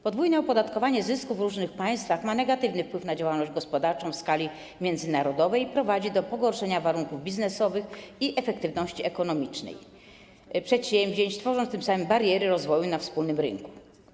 Podwójne opodatkowanie zysków w różnych państwach ma negatywny wpływ na działalność gospodarczą w skali międzynarodowej i prowadzi do pogorszenia warunków biznesowych i efektywności ekonomicznej przedsięwzięć, tworząc tym samym bariery rozwoju na wspólnym rynku.